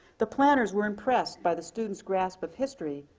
the planners were impressed by the students grasp of history,